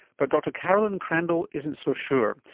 but dr carolyn crandall isn't so sure.